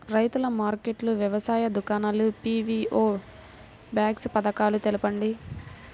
రైతుల మార్కెట్లు, వ్యవసాయ దుకాణాలు, పీ.వీ.ఓ బాక్స్ పథకాలు తెలుపండి?